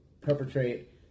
perpetrate